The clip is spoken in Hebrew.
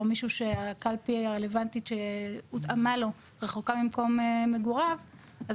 או שהקלפי הרלוונטית שהותאמה לו רחוקה ממקום מגוריו אז